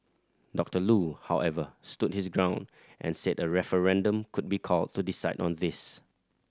Doctor Loo however stood his ground and said a referendum could be called to decide on this